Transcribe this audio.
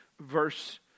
verse